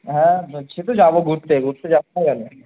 হ্যাঁ সে তো যাবো ঘুরতে ঘুরতে যাবোই আমি